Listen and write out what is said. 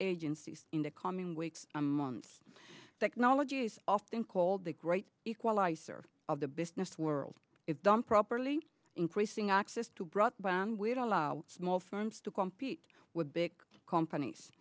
agencies in the coming weeks and months that knowledge is often called the great equalizer of the business world if done properly increasing access to broadband we don't allow small firms to compete with big companies